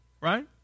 right